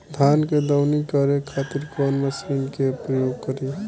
धान के दवनी करे खातिर कवन मशीन के प्रयोग करी?